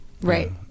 Right